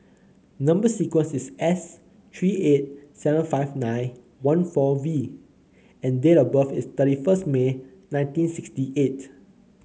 number sequence is S three eight seven five nine one four V and date of birth is thirty first May nineteen sixty eight